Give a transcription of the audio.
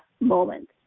moment